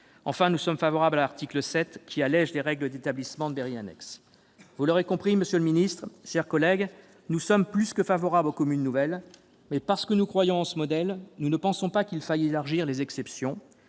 Enfin, nous sommes favorables à l'article 7, qui allège les règles d'établissement de mairies annexes. Vous l'aurez compris, monsieur le ministre, chers collègues, nous sommes plus que favorables aux communes nouvelles, mais parce que nous croyons en ce modèle, nous ne pensons pas qu'il faille élargir les exceptions.